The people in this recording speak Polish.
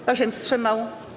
Kto się wstrzymał?